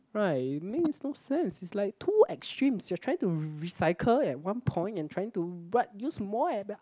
right it makes no sense it's like too extreme you're trying to recycle at one point and trying to what use more